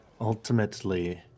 ultimately